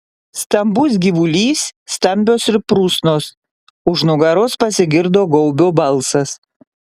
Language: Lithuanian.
stambus gyvulys stambios ir prusnos už nugaros pasigirdo gaubio balsas